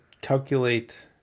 calculate